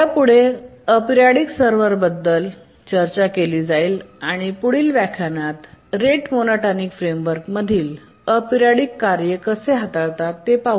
पुढे अपरियोडिक सर्व्हरबद्दल चर्चा केली जाईल आणि पुढील व्याख्यानात रेट मोनोटोनिक फ्रेमवर्कमधील अपरियोडिक कार्ये कसे हाताळतात ते पाहूया